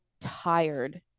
tired